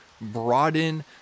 broaden